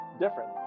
different